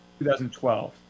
2012